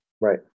Right